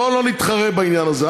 בואו לא נתחרה בעניין הזה.